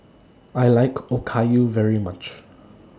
I like Okayu very much